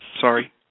Sorry